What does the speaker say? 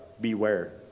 beware